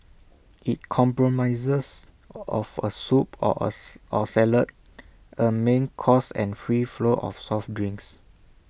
IT comprises of A soup or or salad A main course and free flow of soft drinks